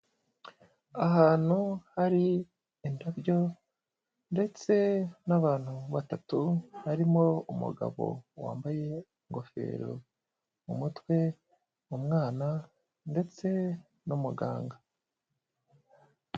Ahantu hari indabyo ndetse n'abantu batatu, harimo umugabo wambaye ingofero mu mutwe, umwana ndetse n'umuganga.